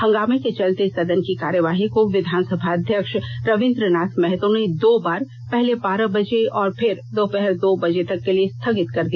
हंगामे के चलते सदन की कार्यवाही को विधानसभा अध्यक्ष रवींद्रनाथ महतो ने दो बार पहले बारह बजे और फिर दोपहर दो बजे तक के लिए स्थगित कर दिया